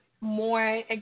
more